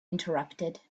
interrupted